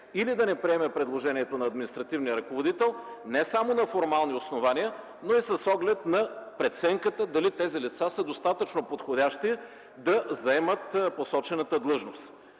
или не предложението на административния ръководител не само на формални основания, но и с оглед на преценката дали тези лица са достатъчно подходящи да заемат посочената длъжност.